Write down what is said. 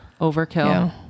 overkill